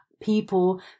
people